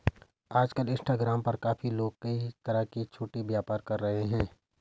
आजकल इंस्टाग्राम पर काफी लोग कई तरह के छोटे व्यापार कर रहे हैं